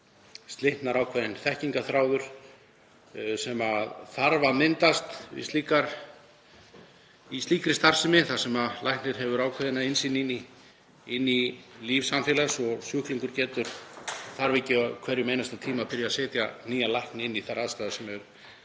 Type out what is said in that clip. slitnar ákveðinn þekkingarþráður sem þarf að myndast í slíkri starfsemi þar sem læknir hefur ákveðna innsýn inn í líf samfélags og sjúklingur þarf ekki á hverjum einasta tíma að byrja á að setja nýjan lækni inn í þær aðstæður sem hann